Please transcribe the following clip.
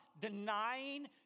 denying